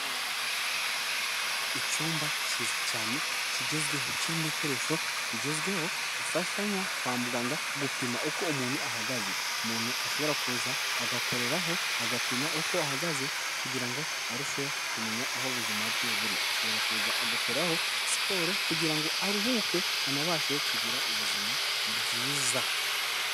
Icyumba kiza cyane kigezweho, kirimo ibikoresho bigezweho bifashanya kwa muganga gupima uko umuntu ahagaze, umuntu ashobora kuza agakoreraho, agapima uko ahagaze kugira ngo arusheho kumenya aho ubuzima bwe buri, ashobora kuza agakoraho siporo kugira ngo aruhuke anabashe kugira ubuzima bwiza.